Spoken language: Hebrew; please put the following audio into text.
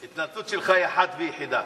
ההתנצלות שלך היא אחת ויחידה.